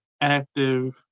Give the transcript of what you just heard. active